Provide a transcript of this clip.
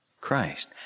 Christ